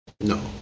no